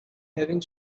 having